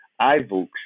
iBooks